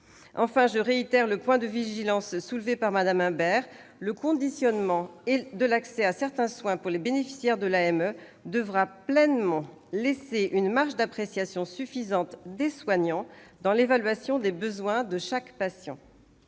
Enfin, je rappelle le point de vigilance évoqué par Mme Imbert. Le conditionnement de l'accès à certains soins pour les bénéficiaires de l'AME devra pleinement laisser aux soignants une marge d'appréciation suffisante dans l'évaluation des besoins de chaque patient.